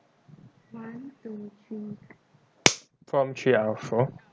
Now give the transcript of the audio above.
prompt three out of four